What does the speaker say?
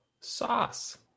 sauce